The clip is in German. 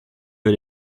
für